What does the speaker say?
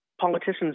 politicians